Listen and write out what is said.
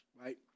right